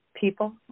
people